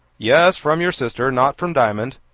yes, from your sister not from diamond.